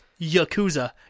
Yakuza